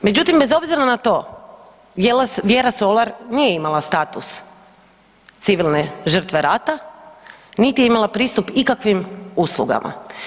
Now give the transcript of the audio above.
Međutim, bez obzira na to Vjera Solar nije imala status civilne žrtve rata, niti je imala pristup ikakvim uslugama.